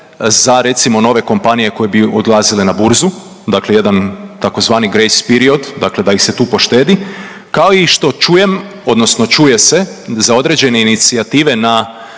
za recimo nove kompanije koje bi odlazile na burzu, dakle jedan tzv. grace period, dakle da ih se tu poštedi kao i što čujem, odnosno čuje se za određene inicijative na